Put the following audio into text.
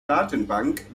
datenbank